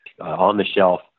on-the-shelf